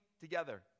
together